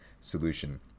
solution